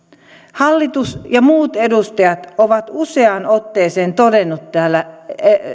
hallitus ja muut edustajat ovat useaan otteeseen todenneet täällä